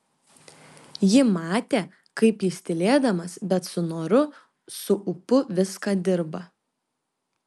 ji matė kaip jis tylėdamas bet su noru su ūpu viską dirba